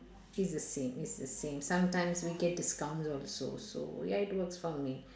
it's the same it's the same sometimes we get discounted also so ya it works for me